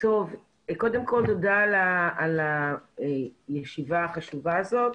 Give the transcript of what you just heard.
קודם כל תודה על הישיבה החשובה הזאת.